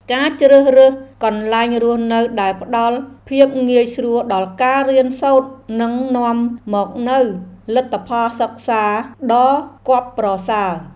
ការជ្រើសរើសកន្លែងរស់នៅដែលផ្តល់ភាពងាយស្រួលដល់ការរៀនសូត្រនឹងនាំមកនូវលទ្ធផលសិក្សាដ៏គាប់ប្រសើរ។